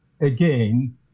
Again